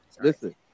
listen